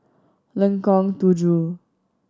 Lengkong Tujuh